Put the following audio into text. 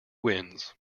wins